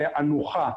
לענוחה,